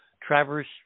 traverse